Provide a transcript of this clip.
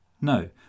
No